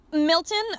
Milton